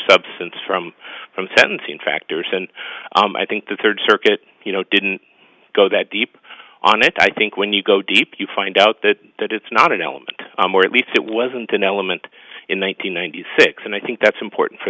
substance from from sentencing factors and i think the third circuit you know didn't go that deep on it i think when you go deep you find out that that it's not an element or at least it wasn't an element in one thousand nine hundred six and i think that's important for